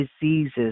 diseases